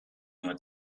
nur